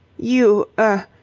you. er.